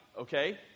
Okay